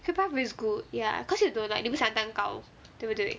cream puff is good ya cause you don't like 你不喜欢蛋糕对不对